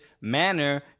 manner